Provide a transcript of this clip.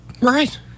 Right